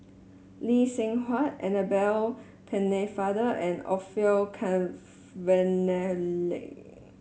Lee Seng Huat Annabel Pennefather and Orfeur Cavenally